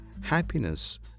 happiness